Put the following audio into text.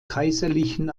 kaiserlichen